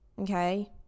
okay